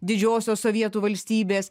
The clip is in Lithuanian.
didžiosios sovietų valstybės